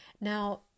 Now